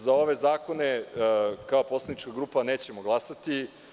Za ove zakone, kao poslanička grupa, nećemo glasati.